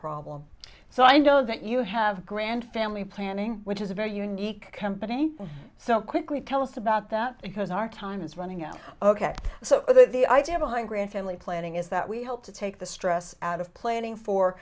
problem so i know that you have grand family planning which is a very unique company so quickly tell us about that because our time is running out ok so the idea behind grand family planning is that we help to take the stress out of planning for